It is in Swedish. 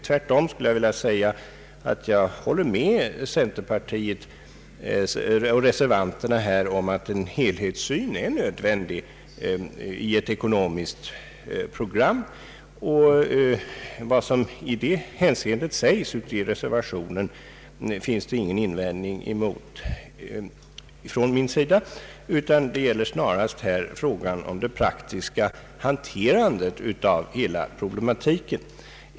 Tvärtom håller vi med centerpartiet och reservanterna om att en helhetssyn är nödvändig i ett ekonomiskt program. Vad som i det hänseendet sägs i reservationen föranleder ingen invändning från min sida. Det gäller snarast här frågan om det praktiska hanterandet av hela problematiken.